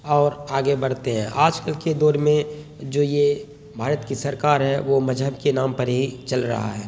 اور آگے بڑھتے ہیں آج کل کے دور میں جو یہ بھارت کی سرکار ہے وہ مذہب کے نام پر ہی چل رہا ہے